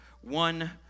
one